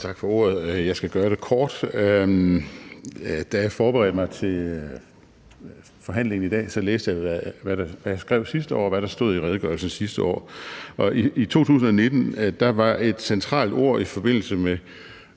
Tak for ordet. Jeg skal gøre det kort: Da jeg forberedte mig til forhandlingen i dag, læste jeg, hvad jeg skrev sidste år, og hvad der stod i redegørelsen sidste år. I 2019 var et centralt ord i forbindelse med